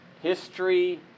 History